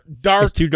Dark